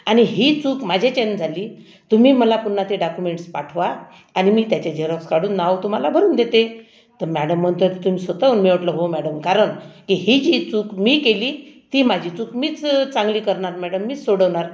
आणि ही चूक माझ्याच्यानं झाली तुम्ही मला पुन्हा ते डाक्युमेंट्स पाठवा आणि मी त्याचे झेरॉक्स काढून नाव तुम्हाला भरून देते तर मॅडम म्हणत्यात तुम्ही स्वतःहून मी म्हटलं हो मॅडम कारण की ही जी चूक मी केली ती माझी चूक मीच चांगली करणार मॅडम मीच सोडवणार